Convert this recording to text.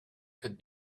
could